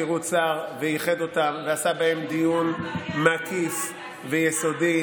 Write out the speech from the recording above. ואיחד אותם ועשה בהם דיון מקיף ויסודי,